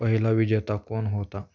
पहिला विजेता कोण होता